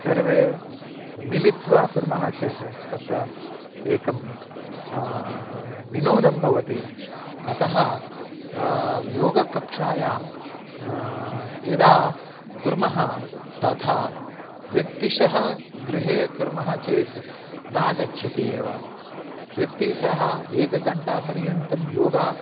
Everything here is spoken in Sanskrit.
सर्वे मिलित्वा कुर्मः चेत् तत् एकं विनोदं भवति अतः योगकक्षायां यदा कुर्मः तदा व्यक्तितः गृहे कुर्मः चेत् नागच्छति एव व्यक्तितः एकघण्टापर्यन्तं योगा